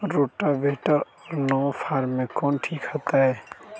Rotavator और नौ फ़ार में कौन ठीक होतै?